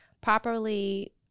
properly